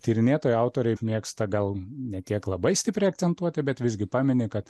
tyrinėtojai autoriai mėgsta gal ne tiek labai stipriai akcentuoti bet visgi pamini kad